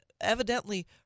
evidently